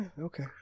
Okay